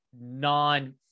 non